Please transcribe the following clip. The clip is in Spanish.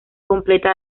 completa